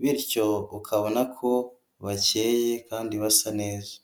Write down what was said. bityo ukabona ko bakeye kandi basa neza.